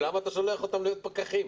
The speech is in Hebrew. למה אתה שולח אותם להיות פקחים?